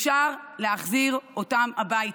אפשר להחזיר אותם הביתה.